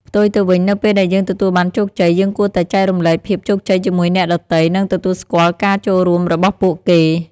ផ្ទុយទៅវិញ នៅពេលដែលយើងទទួលបានជោគជ័យ យើងគួរតែចែករំលែកភាពជោគជ័យជាមួយអ្នកដទៃ និងទទួលស្គាល់ការចូលរួមរបស់ពួកគេ។